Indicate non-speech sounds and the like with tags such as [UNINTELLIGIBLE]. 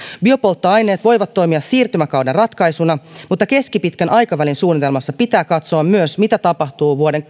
biopolttoaineet voivat toimia siirtymäkauden ratkaisuna mutta keskipitkän aikavälin suunnitelmassa pitää katsoa myös mitä tapahtuu vuoden [UNINTELLIGIBLE]